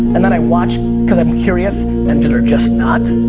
and that i watch cause i'm curious and they're just not.